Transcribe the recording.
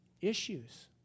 issues